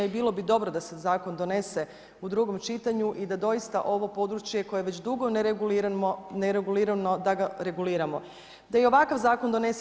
I bilo bi dobro da se zakon donese u drugom čitanju i da doista ovo područje koje je već dugo neregulirano da ga reguliramo, te i ovakav zakon donese.